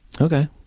Okay